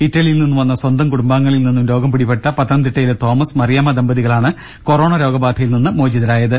ഇറ്റലിയിൽനിന്ന് വന്ന സ്വന്തം കുടുംബാംഗങ്ങളിൽ നിന്നും രോഗം പിടിപെട്ട പത്തനംതിട്ടയിലെ തോമസ് മറിയാമ്മ ദമ്പതികളാണ് കൊറോണ രോഗബാധയിൽ നിന്ന് മോചിതരായത്